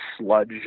sludge